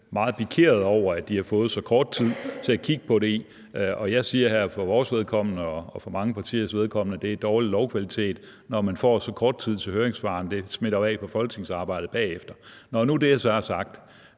meget pikerede over, at de har fået så kort tid til at kigge på det, og jeg siger her, at det efter vores og mange andre partiers opfattelse er dårlig lovkvalitet, når man får så kort tid til høringssvarene, fordi det jo smitter af på folketingsarbejdet bagefter, vil ministeren så